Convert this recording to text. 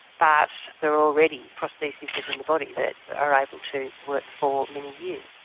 but there are already prostheses within the body that are able to work for many years,